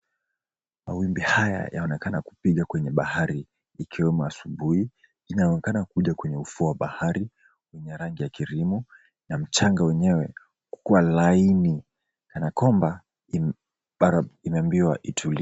Mawimbi haya yaonekana kupiga kwenye bahari ikiwemo asubuhi. Inaonekana kuja kwenye ufuo wa bahari wenye rangi ya cream na mchanga wenyewe kukualaini kana kwamba imeambiwa itulie.